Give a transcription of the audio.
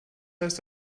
heißt